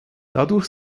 dadurch